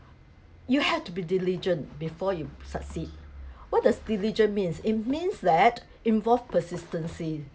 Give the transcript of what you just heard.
you have to be diligent before you succeed what does diligent mean it means that involves persistency